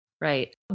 Right